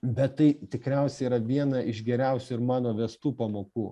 bet tai tikriausiai yra viena iš geriausių ir mano vestų pamokų